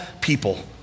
people